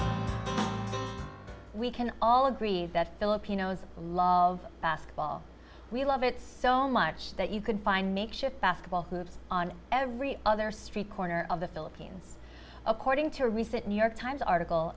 life we can all agree that filipinos love basketball we love it so much that you can find makeshift basketball hoops on every other street corner of the philippines according to a recent new york times article